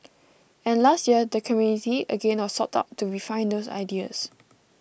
and last year the community again was sought out to refine those ideas